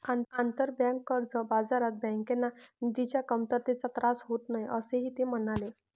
आंतरबँक कर्ज बाजारात बँकांना निधीच्या कमतरतेचा त्रास होत नाही, असेही ते म्हणाले